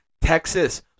Texas